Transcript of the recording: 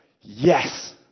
Yes